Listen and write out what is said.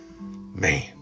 man